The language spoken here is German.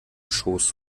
schoß